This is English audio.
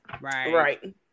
right